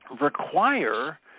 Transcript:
require